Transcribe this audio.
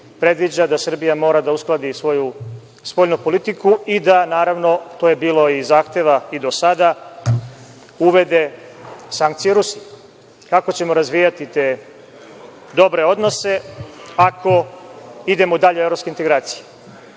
predviđa da Srbija mora da uskladi svoju spoljnu politiku i da je, naravno, bilo zahteva i do sada da uvede sankcije Rusiji. Kako ćemo razvijati te dobre odnose ako idemo dalje u evropske integracije? Takođe,